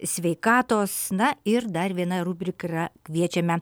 sveikatos na ir dar viena rubrik yra kviečiame